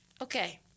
okay